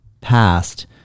past